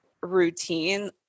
routine